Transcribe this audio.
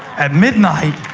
at midnight,